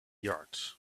yards